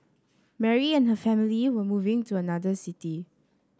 Mary and her family were moving to another city